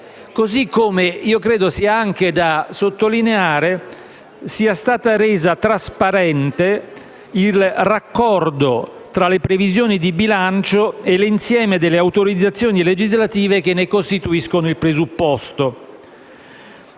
parlamentare; nonché il fatto che è stato reso trasparente il raccordo tra le previsioni di bilancio e l'insieme delle autorizzazioni legislative che ne costituiscono il presupposto.